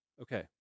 okay